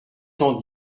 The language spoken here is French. cent